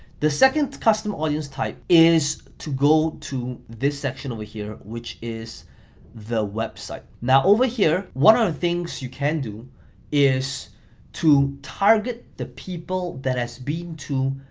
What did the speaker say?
the second custom audience type is to go to this section over here, which is the website. now over here, one of the things you can do is to target the people that has been to,